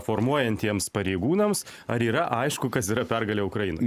formuojantiems pareigūnams ar yra aišku kas yra pergalė ukrainoj